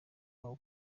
wabo